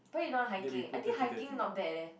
why you don't want hiking I think hiking not bad leh